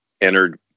entered